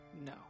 No